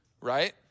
right